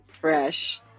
fresh